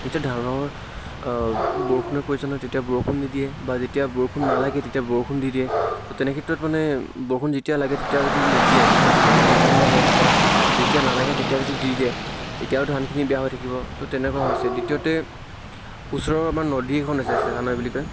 যেতিয়া ধানৰ বৰষুণৰ প্ৰয়োজন হয় তেতিয়া বৰষুণ নিদিয়ে বা যেতিয়া বৰষুণ নালাগে তেতিয়া বৰষুণ দি দিয়ে ত' তেনেক্ষেত্ৰত মানে বৰষুণ যেতিয়া লাগে তেতিয়া যদি নিদিয়ে তেতিয়া ধানতোটো ভাল নহ'ব বা যেতিয়া নালাগে তেতিয়া যদি দি দিয়ে তেতিয়াও ধানখিনি বেয়া হৈ থাকিব ত' তেনেকুৱা হৈছে দ্বিতীয়তে ওচৰৰ আমাৰ নদী এখন আছে চেঁচা নৈ বুলি কয়